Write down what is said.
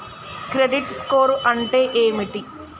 Credit score అంటే ఏమిటి?